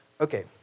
okay